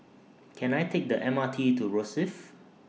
Can I Take The M R T to Rosyth